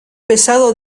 pesado